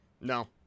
No